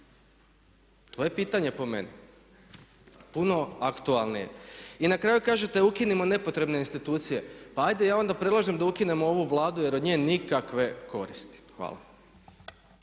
To je pitanje po meni, puno aktualnije. I na kraju kažete ukinimo nepotrebne institucije. Pa ajde ja onda predlažem da ukinemo ovu Vladu jer od nje nikakve koristi. Hvala.